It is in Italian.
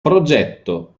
progetto